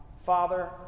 Father